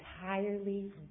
entirely